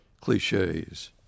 cliches